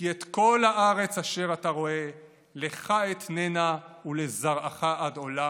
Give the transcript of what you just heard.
"כי את כל הארץ אשר אתה רֹאה לך אתננה ולזרעך עד עולם".